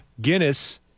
Guinness